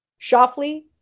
Shoffley